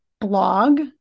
blog